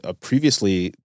Previously